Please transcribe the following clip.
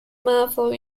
marvel